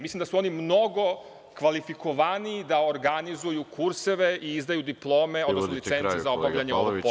Mislim da su oni mnogo kvalifikovaniji da organizuju kurseve i izdaju diplome, odnosno licence za obavljanje ovog posla.